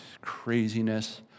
craziness